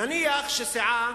נניח שסיעה